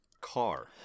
Car